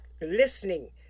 listening